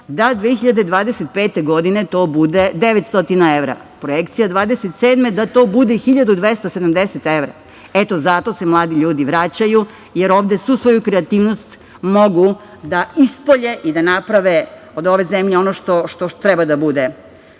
da 2025. godine to bude 900 evra. Projekcija 2027. godine je da to bude 1270 evra. Eto, zato se mladi ljudi vraćaju, jer ovde svu svoju kreativnost mogu da ispolje i da naprave od ove zemlje ono što treba da bude. Nadam